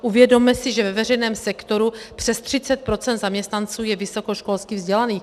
Uvědomme si, že ve veřejném sektoru přes 30 % zaměstnanců je vysokoškolsky vzdělaných.